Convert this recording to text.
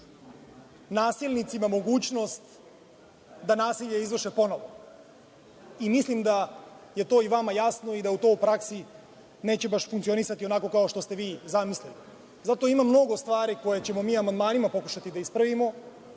nasilnicima mogućnost da nasilje izvrše ponovo i mislim da je to i vama jasno i da to u praksi neće baš funkcionisati onako kao što ste vi zamislili. Zato ima mnogo stvari koje ćemo mi amandmanima pokušati da ispravimo.